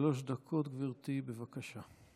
שלוש דקות, גברתי, בבקשה.